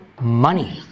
Money